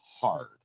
hard